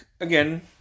again